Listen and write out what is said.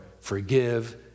forgive